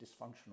dysfunctional